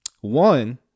One